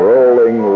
Rolling